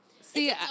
see